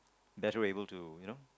better able to you know